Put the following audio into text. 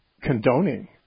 condoning